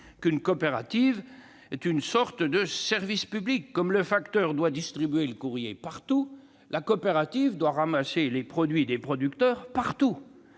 qu'une coopérative est une sorte de service public : comme le facteur qui doit distribuer le courrier partout, la coopérative doit ramasser les produits des exploitants partout.